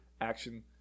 action